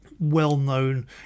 well-known